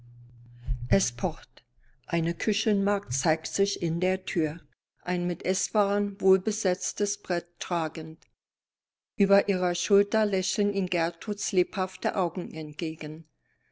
es pocht eine küchenmagd zeigt sich in der tür ein mit eßwaren wohl besetztes brett tragend über ihrer schulter lächeln ihm gertruds lebhafte augen entgegen